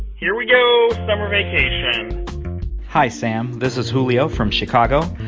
here we go, summer vacation hi, sam. this is julio from chicago.